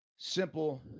Simple